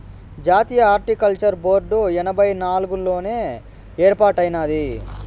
జాతీయ horticulture board ఎనభై నాలుగుల్లోనే ఏర్పాటైనాది